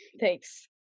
Thanks